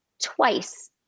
twice